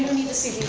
cd.